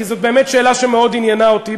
כי זו באמת שאלה שמאוד עניינה אותי,